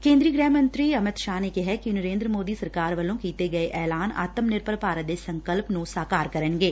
ਕੇਂਦਰੀ ਗ੍ਰਹਿ ਮੰਤਰੀ ਅਮਿਤ ਸ਼ਾਹ ਨੇ ਕਿਹੈ ਕਿ ਨਰੇਂਦਰ ਮੋਦੀ ਸਰਕਾਰ ਵਲੋਂ ਕੀਤੇ ਗਏ ਐਲਾਨ ਆਤਮ ਨਿਰਭਰ ਭਾਰਤ ਦੇ ਸੰਕਲਪ ਨੂੰ ਸਾਕਾਰ ਕਰਨਗੇ